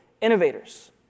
innovators